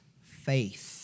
faith